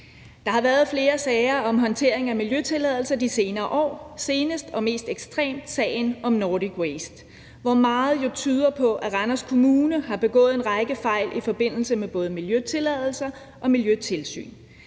Der har været flere sager om håndtering af miljøtilladelser de senere år, senest og mest ekstremt sagen om Nordic Waste, hvor meget jo tyder på, at Randers Kommune har begået en række fejl i forbindelse med både miljøtilladelser og miljøtilsyn.